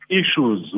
issues